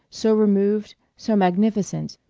so removed, so magnificent,